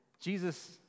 Jesus